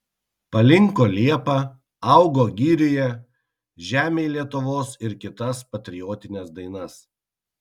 palinko liepa augo girioje žemėj lietuvos ir kitas patriotines dainas